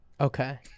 Okay